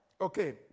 Okay